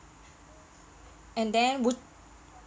and then would